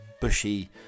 bushy